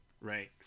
Right